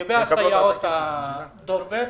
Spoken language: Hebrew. לגבי הסייעות דור ב',